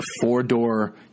four-door